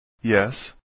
Yes